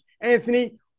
Anthony